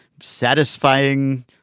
satisfying